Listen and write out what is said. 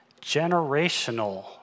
Generational